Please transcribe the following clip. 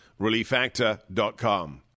Reliefactor.com